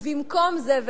ובמקום זה,